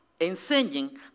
Enseñen